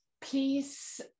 Please